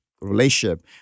relationship